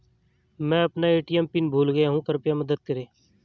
मैं अपना ATM pin भूल गया हूँ कृपया मदद करें